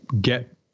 get